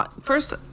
First